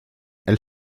elle